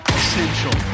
essential